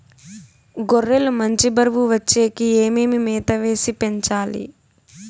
గొర్రె లు మంచి బరువు వచ్చేకి ఏమేమి మేత వేసి పెంచాలి?